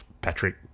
Patrick